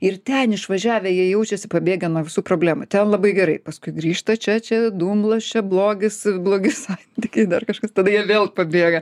ir ten išvažiavę jie jaučiasi pabėgę nuo visų problemų ten labai gerai paskui grįžta čia čia dumblas čia blogis blogi santykiai dar kažkas tada jie vėl pabėga